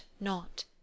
not